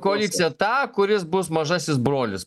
koalicija tą kuris bus mažasis brolis